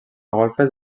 golfes